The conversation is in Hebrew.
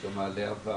זה מעלה אבק,